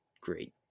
great